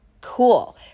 Cool